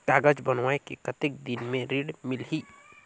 कागज बनवाय के कतेक दिन मे ऋण मिलही?